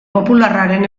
popularraren